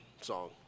song